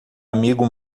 amigo